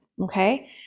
okay